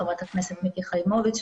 חברת הכנסת מיקי חיימוביץ',